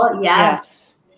yes